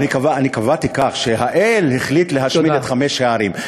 קבעתי כך: האל החליט להשמיד את חמש הערים.